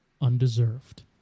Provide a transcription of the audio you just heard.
undeserved